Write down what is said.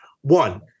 One